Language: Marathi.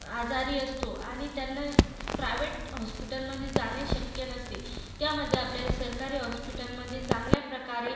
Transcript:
आजारी असतो आणि त्यांना प्रावेट हॉस्पिटलमध्ये जाणे शक्य नसते त्यामध्ये आपल्याला सरकारी हॉस्पिटलमध्ये चांगल्या प्रकारे